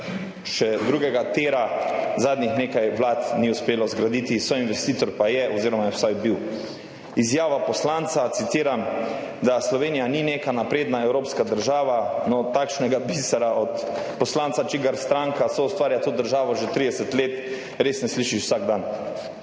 še drugega tira zadnjih nekaj vlad ni uspelo zgraditi, soinvestitor pa je oziroma je vsaj bil. Izjava poslanca, da, citiram: »Slovenija ni neka napredna evropska država«, no, takšnega bisera od poslanca, čigar stranka soustvarja to državo že 30 let, res ne slišiš vsak dan.